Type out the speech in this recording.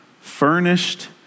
furnished